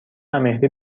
امهری